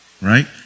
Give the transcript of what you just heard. right